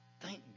Thank